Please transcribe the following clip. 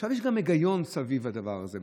יש גם היגיון סביב הדבר הזה.